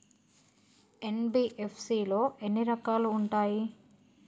NBFC లో ఎన్ని రకాలు ఉంటాయి?